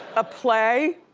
a play,